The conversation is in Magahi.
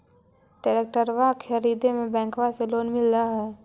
ट्रैक्टरबा खरीदे मे बैंकबा से लोंबा मिल है?